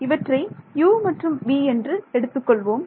இவற்றை u மற்றும் v என்று எடுத்துக்கொள்வோம்